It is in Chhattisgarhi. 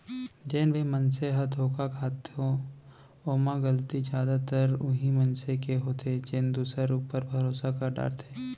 जेन भी मनसे ह धोखा खाथो ओमा गलती जादातर उहीं मनसे के होथे जेन दूसर ऊपर भरोसा कर डरथे